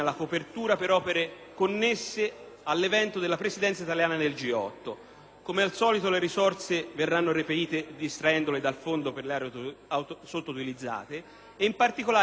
Come al solito, le risorse verranno reperite distraendole dal Fondo per le aree sottoutilizzate, ed in particolare verranno utilizzate quelle già assegnate alla Regione Sardegna a scavalco dei periodi di programmazione.